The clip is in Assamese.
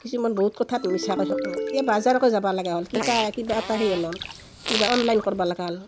কিছুমান বহুত কথাত মিছা কৈ থাকোঁ ইয়ে বাজাৰকে যাব লগা হ'ল কিতা কিবা এটা সেই ওলল কিবা অনলাইন কৰবা লগা হ'ল